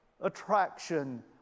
attraction